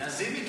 לזימי קיבלה.